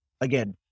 Again